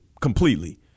completely